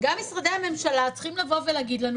גם משרדי הממשלה צריכים להגיד לנו,